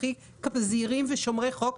הכי זהירים ושומרי חוק,